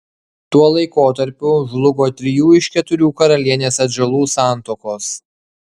tuo laikotarpiu žlugo trijų iš keturių karalienės atžalų santuokos